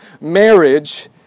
Marriage